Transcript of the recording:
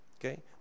Okay